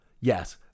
Yes